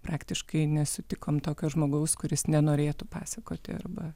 praktiškai nesutikom tokio žmogaus kuris nenorėtų pasakoti arba